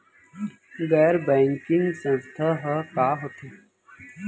गैर बैंकिंग संस्था ह का होथे?